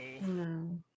No